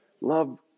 love